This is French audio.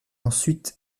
ensuite